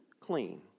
clean